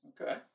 Okay